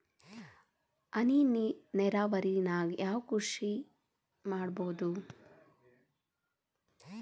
ಹನಿ ನೇರಾವರಿ ನಾಗ್ ಯಾವ್ ಕೃಷಿ ಮಾಡ್ಬೋದು?